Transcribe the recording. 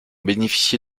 bénéficié